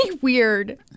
weird